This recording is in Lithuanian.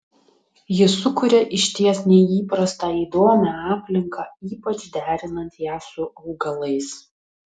ji sukuria išties neįprastą įdomią aplinką ypač derinant ją su augalais